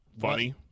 Funny